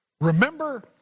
Remember